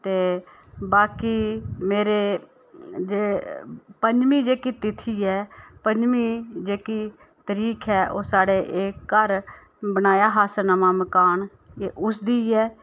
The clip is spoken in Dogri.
ते बाकी मेरे जे पंजमी जेह्की तिथि ऐ पंजमी जेह्की तरीक ऐ ओह् साढ़े एह् घर बनाया हा असें नमां मकान ते उसदी ऐ